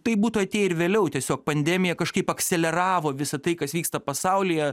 tai būtų atėję ir vėliau tiesiog pandemija kažkaip akseleravo visa tai kas vyksta pasaulyje